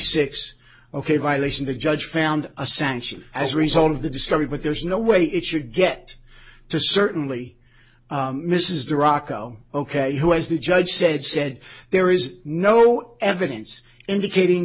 six ok violation the judge found a sanction as a result of the discovery but there's no way it should get to certainly misses the rocco ok who is the judge said said there is no evidence indicating